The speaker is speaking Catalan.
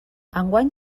enguany